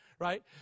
right